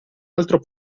altro